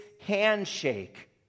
handshake